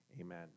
Amen